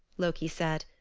loki said.